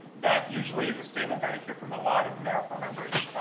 that usually is a statement that i hear from a lot of americorps members.